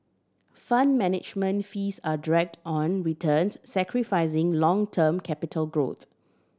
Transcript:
Fund Management fees are draged on returns sacrificing long term capital growth